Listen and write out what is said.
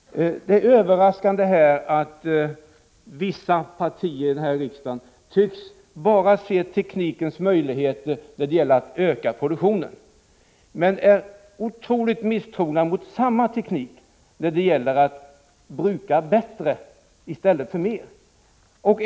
Det är överraskande att vissa partier här i riksdagen bara tycks se teknikens möjligheter när det gäller att öka produktionen men är otroligt misstrogna mot samma teknik när det gäller att bruka bättre i stället för mer.